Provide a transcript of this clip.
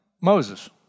Moses